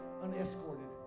unescorted